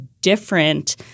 different